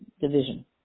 division